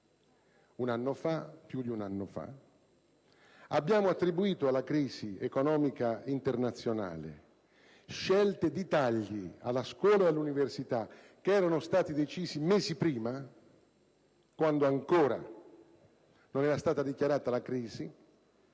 la crisi più di un anno fa. Abbiamo attribuito alla crisi economica internazionale scelte di tagli alla scuola e all'università decisi mesi prima, quando ancora non era stata dichiarata la crisi.